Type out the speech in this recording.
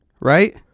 Right